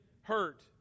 hurt